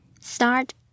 start